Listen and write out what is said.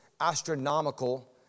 astronomical